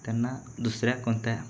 त्यांना दुसऱ्या कोणत्या